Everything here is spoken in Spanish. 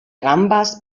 gambas